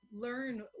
learn